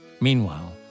Meanwhile